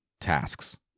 tasks